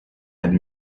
had